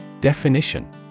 Definition